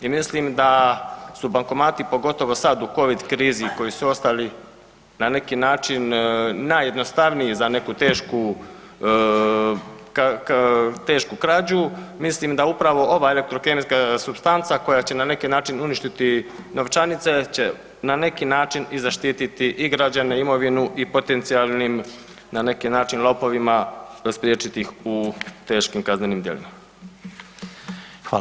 I mislim da su bankomati pogotovo sad u covid krizi koji su ostali na neki način najjednostavniji za neku tešku krađu mislim da upravo ova elektrokemijska supstanca koja će na neki način uništiti novčanice će na neki način i zaštititi i građane i imovinu i potencijalnim na neki način lopovima spriječiti ih u teškim kaznenim djelima.